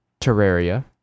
Terraria